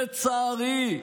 לצערי,